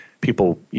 people